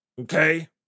Okay